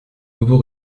nouveau